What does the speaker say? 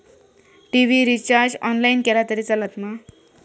TV recharge online केला तरी चलात मा?